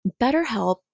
BetterHelp